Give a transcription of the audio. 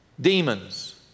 demons